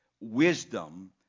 wisdom